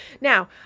Now